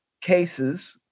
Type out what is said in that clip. cases